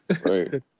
right